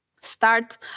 start